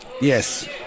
Yes